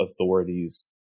authorities